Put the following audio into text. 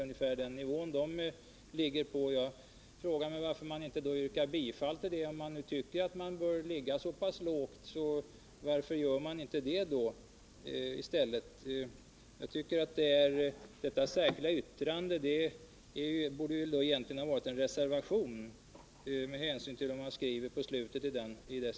Om moderaterna nu tycker att utbildningen bör ligga så lågt, varför yrkar man då inte bifall till det förslaget? Det särskilda yttrandet borde egentligen ha varit en reservation, med hänsyn till vad man skriver på slutet av det.